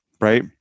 right